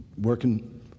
working